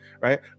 right